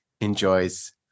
enjoys